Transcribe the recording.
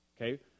Okay